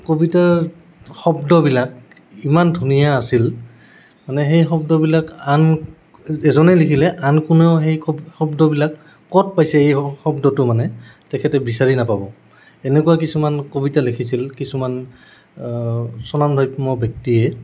কবিতাৰ শব্দবিলাক ইমান ধুনীয়া আছিল মানে সেই শব্দবিলাক আন এজনে লিখিলে আন কোনেও সেই শব্দবিলাক ক'ত পাইছে এই শব্দটো মানে তেখেতে বিচাৰি নাপাব এনেকুৱা কিছুমান কবিতা লিখিছিল কিছুমান স্বনামধন্য ব্যক্তিয়ে